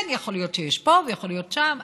כן, יכול להיות שיש פה ויכול להיות שם.